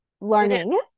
learning